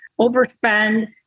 overspend